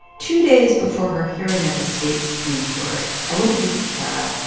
two days before her hearing at the state supreme court, i went to visit tarra.